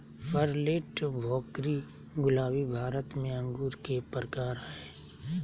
Perlette, Bhokri, Gulabi Bharat में अंगूर के प्रकार हय